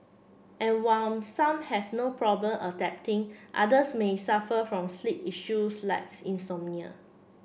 and while some have no problem adapting others may suffer from sleep issues like insomnia